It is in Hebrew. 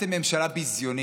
אתם ממשלה ביזיונית,